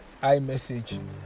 imessage